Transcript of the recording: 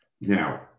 Now